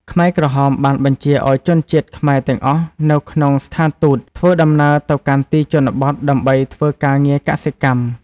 ខ្មែរក្រហមបានបញ្ជាឱ្យជនជាតិខ្មែរទាំងអស់នៅក្នុងស្ថានទូតធ្វើដំណើរទៅកាន់ទីជនបទដើម្បីធ្វើការងារកសិកម្ម។